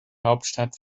hauptstadt